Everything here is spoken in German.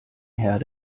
herr